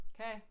Okay